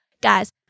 guys